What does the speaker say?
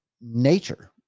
nature